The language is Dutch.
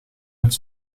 met